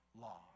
law